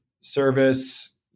service